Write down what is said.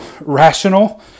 rational